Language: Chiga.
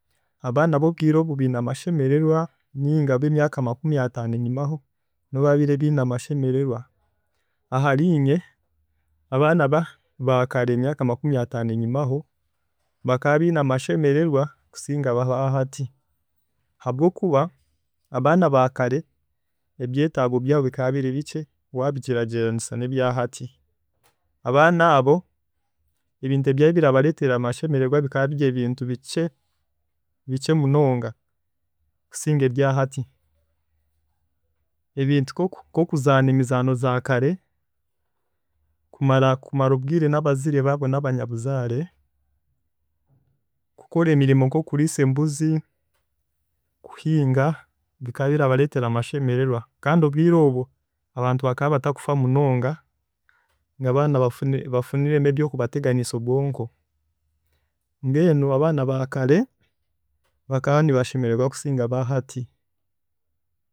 Abaana ab'obwire obu biine amashemererwa ninga ab'emyaka makumyataano enyimaho nibo baabiire biiine amashemererwa, ahariinye abaana ba- baakare emyaka makumyataano enyimaho, bakaabiine amashemererwa kusinga abaahati, habw'okuba abaana baakare ebyetaago byabo bika biri bikye waabigyeraagyeranisa n'ebya hati. Abaana abo, ebintu ebya birabareetera amashemererwa bika birye ebintu bikye, bikye munonga kusinga ebya hati. Ebintu nk'oku nk'okuzaana emizaano zaakare, kumara kumara obwire n'abaziire baabo n'abanyabuzaare, kukora emirimo nk'okuriisa embuzi, kuhinga, bikaabirabareetera amashemererwa kandi obwire obwo, abantu bakaabatakufa munonga ngu abaana bafune, bafuniremu eby'okubateganisa obwonko, mbwenu abaana baakare, bakaanibashemererwa kusinga abaahati.